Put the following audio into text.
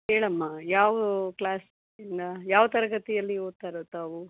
ಹೇಳಮ್ಮ ಯಾವ ಕ್ಲಾಸಿಂದ ಯಾವ ತರಗತಿಯಲ್ಲಿ ಓದ್ತಾಯಿರೋದು ತಾವು